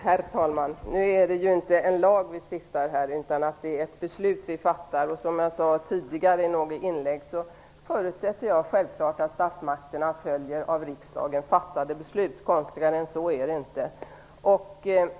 Herr talman! Nu är ju det här inte en lag som vi stiftar utan ett beslut som vi fattar. Som jag sade tidigare i något inlägg förutsätter jag naturligtvis att statsmakterna följer av riksdagen fattade beslut - konstigare än så är det inte.